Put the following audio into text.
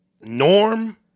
norm